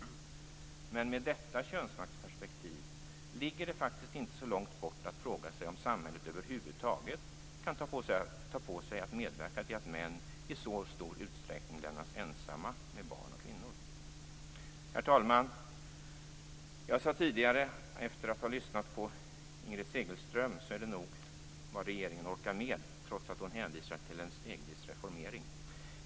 Men med detta könsmaktsperspektiv ligger det faktiskt inte så långt bort att fråga sig om samhället över huvud taget kan ta på sig att medverka till att män i så stor utsträckning lämnas ensamma med barn och kvinnor. Herr talman! Jag sade tidigare efter att ha lyssnat på Inger Segelström att det här nog är vad regeringen orkar med, trots att hon hänvisar till en stegvis reformering.